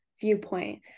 viewpoint